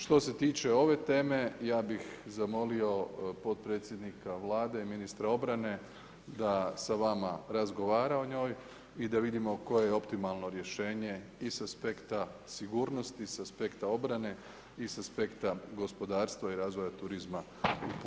Što se tiče ove teme, ja bi zamolio potpredsjednika Vlade, ministra obrane, da sa vama razgovara o njoj i da vidimo koje je optimalno rješenje i sa aspekta sigurnosti i sa aspekta obrane i sa aspekta gospodarstva i razvoja turizma u Puli i u Istri.